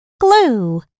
Glue